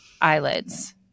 eyelids